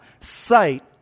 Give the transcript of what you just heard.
sight